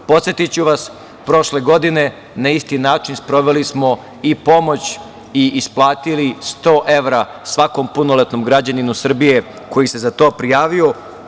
Podsetiću vas, prošle godine, na isti način sproveli smo i pomoć i isplatili 100 evra svakom punoletnom građaninu Srbije koji se za to prijavio.